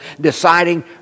deciding